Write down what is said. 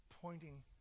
pointing